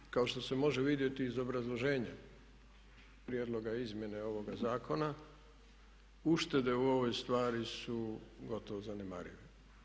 Ali kao što se može vidjeti iz obrazloženja prijedloga izmjene ovoga zakona uštede u ovoj stvari su gotovo zanemarive.